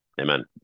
Amen